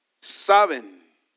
Saben